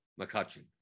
McCutcheon